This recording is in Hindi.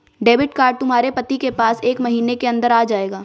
डेबिट कार्ड तुम्हारे पति के पास एक महीने के अंदर आ जाएगा